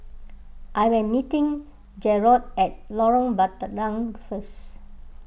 I am meeting Jarod at Lorong Bandang noun first